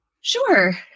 sure